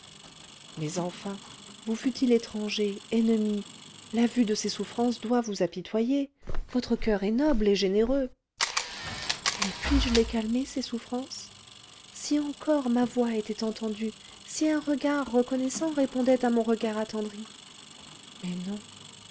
mais enfin vous fût-il étranger ennemi la vue de ses souffrances doit vous apitoyer votre coeur est noble et généreux mais puis-je les calmer ces souffrances si encore ma voix était entendue si un regard reconnaissant répondait à mon regard attendri mais non